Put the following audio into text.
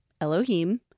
Elohim